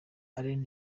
allan